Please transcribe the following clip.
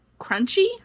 crunchy